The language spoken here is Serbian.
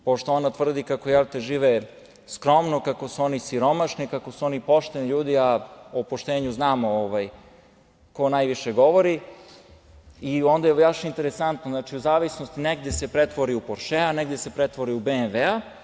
Pošto ona tvrdi kako žive skromno, kako su oni siromašni, kako su oni pošteni ljudi, a o poštenju znamo ko najviše govori i onda je baš interesantno, negde se pretvori u poršea, negde se pretvori u BMW.